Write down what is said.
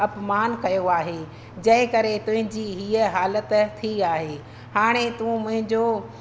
कयो आहे जंहिं करे तुंहिंजी हीअ हालति थी आहे हाणे तूं मुंहिंजो